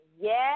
Yes